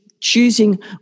choosing